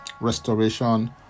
restoration